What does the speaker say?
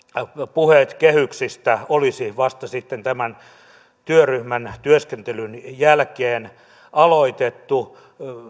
puheet kehyksistä olisi vasta sitten tämän työryhmän työskentelyn jälkeen aloitettu